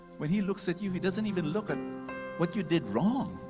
when he looks at you, he doesn't even look at what you did wrong.